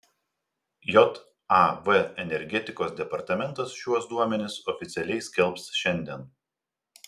jav energetikos departamentas šiuos duomenis oficialiai skelbs šiandien